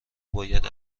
باید